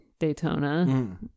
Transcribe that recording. Daytona